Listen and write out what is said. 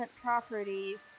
properties